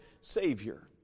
Savior